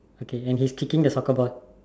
okay and he is kicking the soccer ball